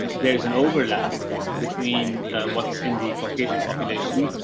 there's an overlap between what's in the caucasian population,